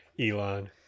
Elon